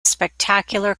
spectacular